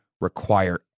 require